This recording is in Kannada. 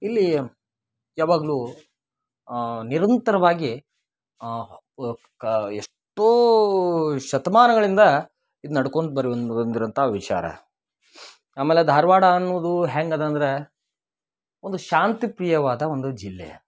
ಇಲ್ಲಿ ಯಾವಾಗಲು ನಿರಂತರವಾಗಿ ಕ ಎಷ್ಟೋ ಶತಮಾನಗಳಿಂದ ಇದು ನಡ್ಕೊಂಡ್ ಬರು ಬಂದಿರುವಂಥಾ ವಿಚಾರ ಆಮೇಲೆ ಧಾರ್ವಾಡ ಅನ್ನುದು ಹೆಂಗದೆ ಅಂದರೆ ಒಂದು ಶಾಂತಪ್ರಿಯವಾದ ಒಂದು ಜಿಲ್ಲೆ